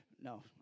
No